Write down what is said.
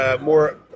more